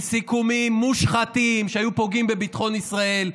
עם סיכומים מושחתים שהיו פוגעים בביטחון ישראל.